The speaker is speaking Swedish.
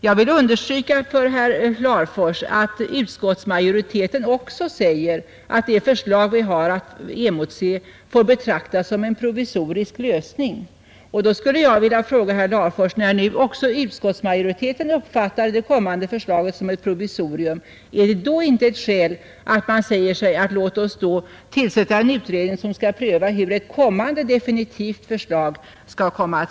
Jag vill understryka för herr Larfors att utskottsmajoriteten också säger att det förslag vi har att emotse får betraktas som en provisorisk lösning. Därför vill jag fråga herr Larfors: När nu också utskottsmajoriteten uppfattar det kommande förslaget som ett provisorium, är det då inte skäl i att man tillsätter en utredning som skall pröva hur ett kommande definitivt förslag skall se ut?